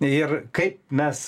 ir kaip mes